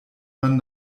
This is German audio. man